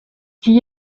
qui